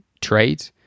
trade